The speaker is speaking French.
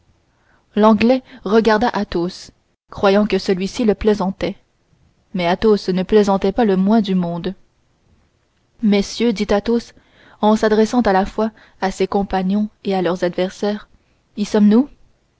l'anglais regarda athos croyant que celui-ci plaisantait mais athos ne plaisantait pas le moins du monde messieurs dit-il en s'adressant à la fois à ses compagnons et à leurs adversaires y sommes-nous